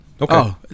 Okay